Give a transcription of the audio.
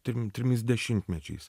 trim trimis dešimtmečiais